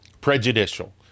prejudicial